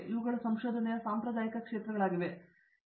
ಇವುಗಳು ಸಂಶೋಧನೆಯ ಸಾಂಪ್ರದಾಯಿಕ ಕ್ಷೇತ್ರಗಳಾಗಿವೆ